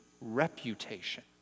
reputation